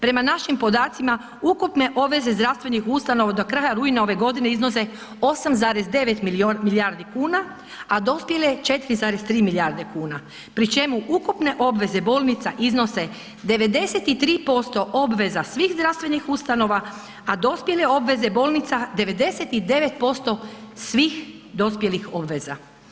Prema našim podacima ukupne obveze zdravstvenih ustanova do kraja rujna ove godine iznose 8,9 milijardi kuna, a dospjele 4,3 milijarde kuna pri čemu ukupne obveze bolnica iznose 93% obveza svih zdravstvenih ustanova, a dospjele obveze bolnica 99% svih dospjelih obveza.